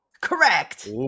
Correct